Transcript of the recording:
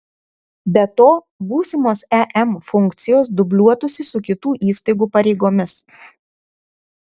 be to būsimos em funkcijos dubliuotųsi su kitų įstaigų pareigomis